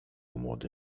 młody